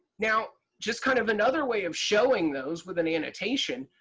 now, just kind of another way of showing those with an annotation,